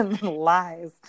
Lies